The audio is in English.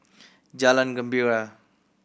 Jalan Gembira